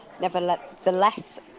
nevertheless